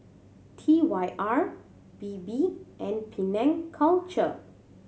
T Y R Bebe and Penang Culture